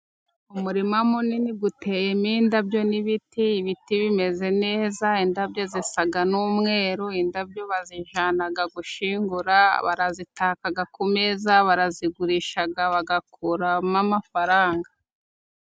Umurima munini uteyemo indabyo n'ibiti, ibiti bimeze neza, indabyo zisa n'umweru, indabyo bazijyana gushyingura, barazitaka ku meza, barazigurisha bagakuramo amafaranga.